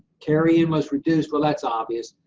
carry-in was reduced, well, that's obvious,